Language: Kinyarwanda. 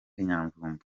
nyamvumba